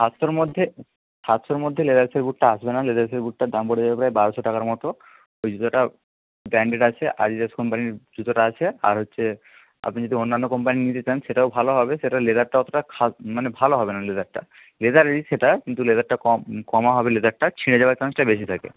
সাতশোর মধ্যে সাতশোর মধ্যে লেদারসের বুটটা আসবে না লেদারসের বুটটার দাম পড়ে যাবে প্রায় বারোশো টাকার মতো ওই জুতোটা ব্র্যান্ডেড আছে অ্যাডিডাস কোম্পানির জুতোটা আছে আর হচ্ছে আপনি যদি অন্যান্য কোম্পানির নিতে চান সেটাও ভালো হবে সেটা লেদারটা অতটা মানে ভালো হবে না লেদারটা লেদারেরই সেটা কিন্তু লেদারটা কম কমা হবে লেদারটা ছিঁড়ে যাওয়ার চান্সটাই বেশি থাকে